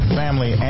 family